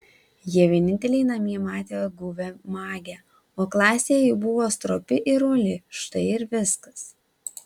jie vieninteliai namie matė guvią magę o klasėje ji buvo stropi ir uoli štai ir viskas